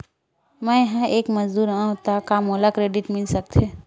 मैं ह एक मजदूर हंव त का मोला क्रेडिट मिल सकथे?